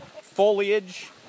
foliage